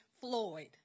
Floyd